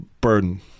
burden